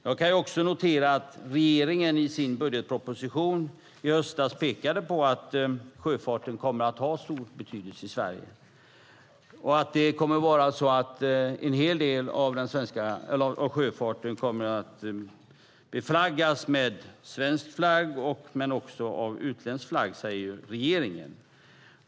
Jag kan också notera att regeringen i sin budgetproposition i höstas pekade på att sjöfarten kommer att ha stor betydelse i Sverige och att det kommer att vara så att en hel del av sjöfarten kommer att beflaggas med svensk flagg, men också av utländsk flagg.